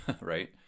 right